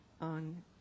on